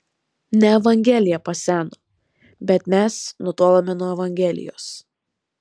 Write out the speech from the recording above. ne evangelija paseno bet mes nutolome nuo evangelijos